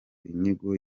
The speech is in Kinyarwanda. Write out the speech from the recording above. inyigo